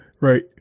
Right